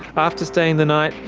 after staying the night,